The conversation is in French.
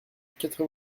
quatre